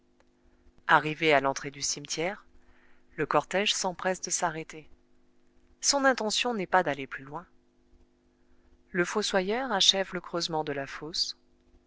arrivé à l'entrée du cimetière le cortège s'empresse de s'arrêter son intention n'est pas d'aller plus loin le fossoyeur achève le creusement de la fosse